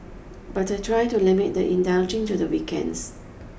but I try to limit the indulging to the weekends